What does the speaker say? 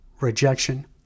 rejection